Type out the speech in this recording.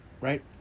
right